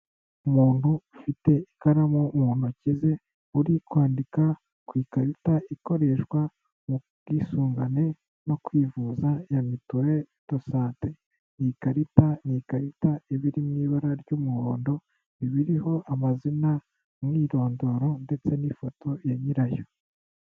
Umuntu ufite ikaramu mu ntoki ze uri kwandika ku ikarita ikoreshwa mu bwisungane no kwivuza ya mituwele do sante, iyi karita ni ikarita iba iri mu ibara ry'umuhondo iba iriho amazina, umwirondoro ndetse n'ifoto ya nyirayo.